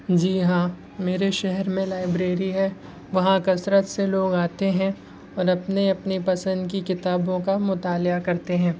جی ہاں میرے شہر میں لائبریری ہے وہاں کثرت سے لوگ آتے ہیں اور اپنی اپنی پسند کی کتابوں کا مطالعہ کرتے ہیں